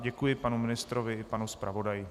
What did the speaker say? Děkuji panu ministrovi i panu zpravodaji.